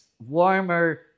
Warmer